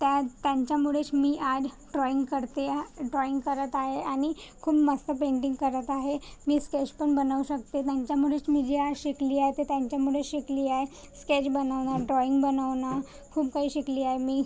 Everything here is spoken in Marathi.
त्या त्यांच्यामुळेच मी आज ड्रॉईंग काढतेय ड्रॉईंग करत आहे आणि खूप मस्त पेंटिंग करत आहे मी स्केश पण बनवू शकते त्यांच्यामुळेच मी जे आज शिकली आहे ते त्यांच्यामुळे शिकली आहे स्केच बनवणं ड्रॉईंग बनवणं खूप काही शिकली आहे मी